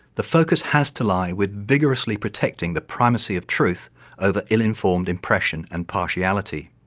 the focus has to lie with vigorously protecting the primacy of truth over ill-informed impression and partiality.